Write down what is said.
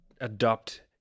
adopt